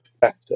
better